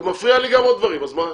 מפריע לי עוד הרבה דברים, אז מה?